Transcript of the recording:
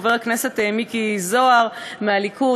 חבר הכנסת מיקי זוהר מהליכוד,